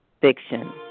fiction